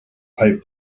pipe